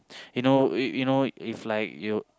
you know you know if like you